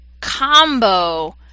combo